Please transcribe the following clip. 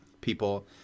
people